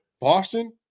Boston